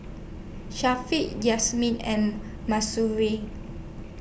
Syafiq Yasmin and Mahsuri